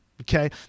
Okay